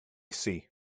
see